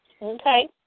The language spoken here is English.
Okay